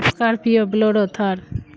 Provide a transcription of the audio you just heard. scorpio bolero Thar